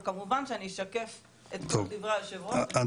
אבל כמובן שאני אשקף את כל דברי יושב הראש --- טוב,